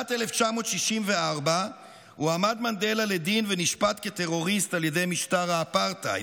בשנת 1964 הועמד מנדלה לדין ונשפט כטרוריסט על ידי משטר האפרטהייד,